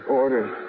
orders